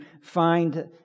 find